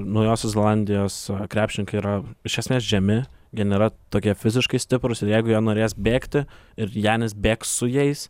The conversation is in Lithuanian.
naujosios zelandijos krepšininkai yra iš esmės žemi jie nėra tokie fiziškai stiprūs ir jeigu jie norės bėgti ir janis bėgs su jais